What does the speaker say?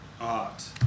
Art